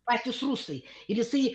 patys rusai ir jisai